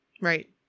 Right